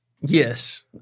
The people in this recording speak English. Yes